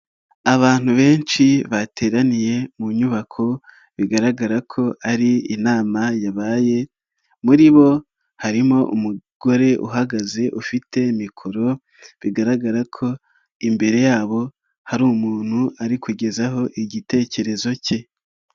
Abantu benshi bateraniye mu nyubako bigaragara ko ari inama yabaye, muri bo harimo umugore uhagaze ufite mikoro bigaragara ko imbere yabo hari umuntu ari kugezaho igitekerezo ke.